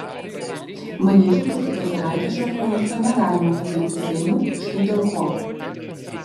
manyčiau kad kitą savaitę šio projekto negalima pateikti seimui štai dėl ko